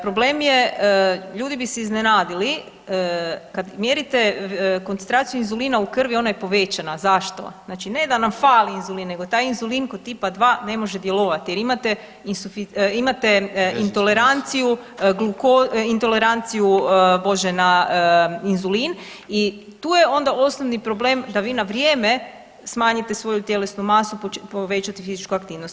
Problem je, ljudi bi se iznenadili, kad mjerite koncentraciju inzulina u krvi ona je povećana, zašto, znači ne da nam fali inzulin nego taj inzulin kod tipa-2 ne može djelovati jer imate, imate intoleranciju gluko, intoleranciju Bože na inzulin i to je onda osnovni problem da vi na vrijeme smanjite svoju tjelesnu masu i povećate fizičku aktivnost.